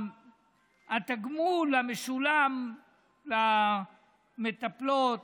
התגמול המשולם למטפלות